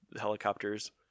helicopters